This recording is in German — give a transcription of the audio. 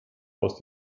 aus